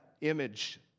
image